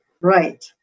Right